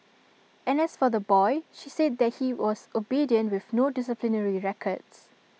and as for the boy she said that he was obedient with no disciplinary records